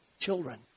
children